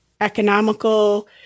economical